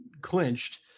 clinched